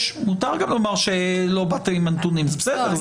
מותר גם לומר שלא באתם עם הנתונים, זה בסדר.